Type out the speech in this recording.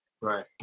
Right